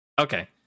Okay